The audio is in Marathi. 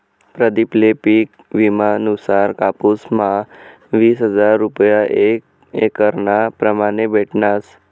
प्रदीप ले पिक विमा नुसार कापुस म्हा वीस हजार रूपया एक एकरना प्रमाणे भेटनात